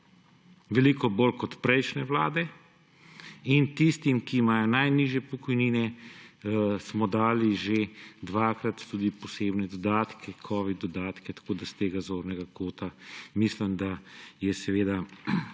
veliko bolj kot prejšnje vlade in tistim, ki imajo najnižje pokojnine, smo dali že dvakrat tudi posebne dodatke, covid dodatke. Tako s tega zornega kota, mislim, da